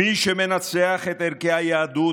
מי שמנצח את ערכי היהדות,